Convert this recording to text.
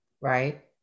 Right